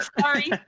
Sorry